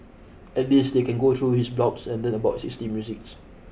at least they can go through his blogs and learn about sixties musics